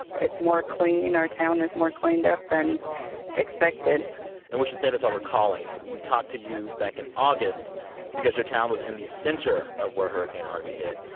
it's more clean. our town is more cleaned up than expected and we should say that's what we're calling. we talked to you back in august because your town was in the center of where hurricane harvey hit.